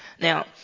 now